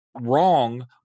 wrong